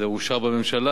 זה אושר בממשלה,